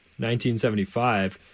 1975